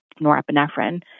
norepinephrine